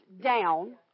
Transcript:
down